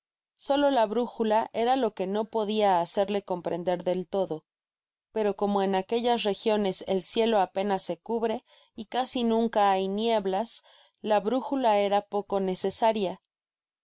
solo la brújula era lo que no podia hacerle comprender del todo pero como en aquellas regiones el cielo apenas se cubre y casi nunca hay nieblas la brújula era poco necesaria